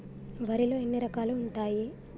వరిలో ఎన్ని రకాలు ఉంటాయి?